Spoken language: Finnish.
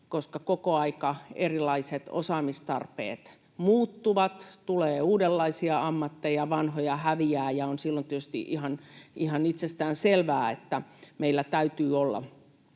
koska koko ajan erilaiset osaamistarpeet muuttuvat, tulee uudenlaisia ammatteja, vanhoja häviää, ja on silloin tietysti ihan itsestään selvää, että meillä täytyy olla